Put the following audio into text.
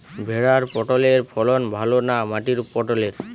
ভেরার পটলের ফলন ভালো না মাটির পটলের?